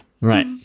Right